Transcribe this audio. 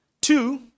Two